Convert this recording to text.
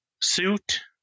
suit